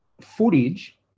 footage